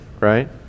right